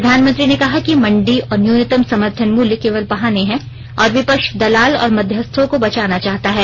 प्रधानमंत्री ने कहा कि मंडी और न्यूनतम समर्थन मूल्य केवल बहाने हैं और विपक्ष दलाल और मध्यस्थों को बचाना चाहता है